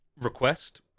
request